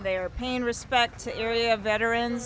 they are paying respects to area veteran